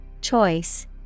Choice